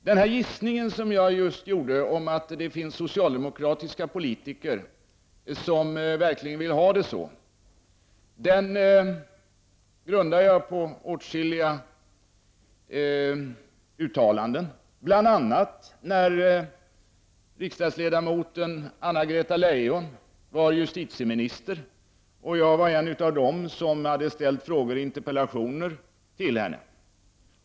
Den gissning som jag just gjorde om att det finns socialdemokratiska politiker som verkligen vill ha det så grundar jag på åtskilliga uttalanden. Det gäller bl.a. när riksdagsledamoten Anna-Greta Leijon var justitieminister och jag var en av dem som hade ställt frågor och interpellationer till henne.